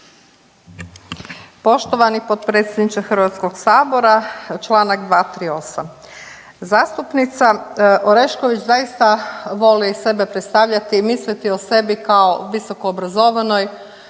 Poštovani potpredsjedniče HS-a, čl. 238. Zastupnica Orešković zaista voli sebe predstavljati i misliti o sebi kao visokoobrazovanoj